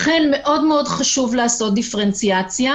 לכן מאוד מאוד חשוב לעשות דיפרנציאציה,